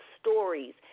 stories